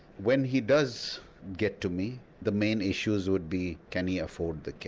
when he does get to me the main issues would be can he afford the care?